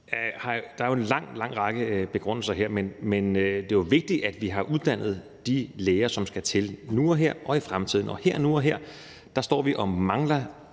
der er jo en lang, lang række begrundelser her, men det er jo vigtigt, at vi har uddannet de læger, som skal til nu og her og i fremtiden, og nu og her står vi og mangler